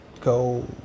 go